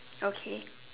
okay